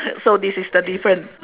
so this is the different